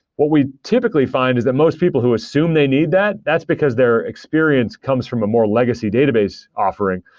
what we typically find is that most people who assume they need that, that's because their experience comes from a more legacy database offering.